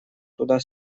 туда